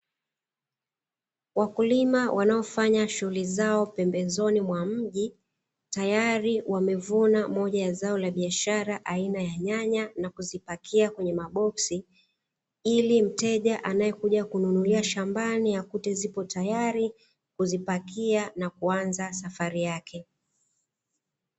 Wakulima wanaofanya shughuli zao pembezoni mwa ili mteja, anayekuja kununulia shambani ya kuteseko tayari kuzipakia na kuanza safari yake.